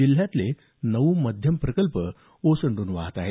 जिल्ह्यातले नऊ मध्यम प्रकल्प ओसंडून वाहत आहेत